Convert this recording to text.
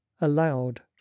aloud